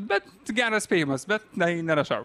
bet geras spėjimas bet tai nėra šau